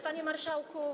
Panie Marszałku!